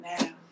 now